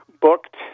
booked